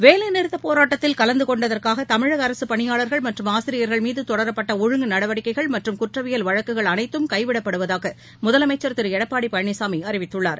வேலை நிறுத்தப் போராட்டத்தில் கலந்து கொண்டதற்காக தமிழக அரசுப் பணியாளர்கள் மற்றும் ஆசிரியர்கள் மீது தொடரப்பட்ட ஒழுங்கு நடவடிக்கைகள் மற்றும் குற்றவியல் வழக்குகள் அனைத்தும் கைவிடப்படுவதாக முதலமைச்சர் திரு எடப்பாடி பழனிசாமி அறிவித்துள்ளார்